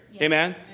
Amen